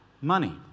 money